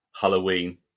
Halloween